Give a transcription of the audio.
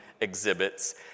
exhibits